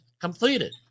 completed